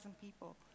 people